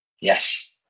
Yes